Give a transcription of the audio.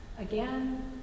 again